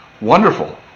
Wonderful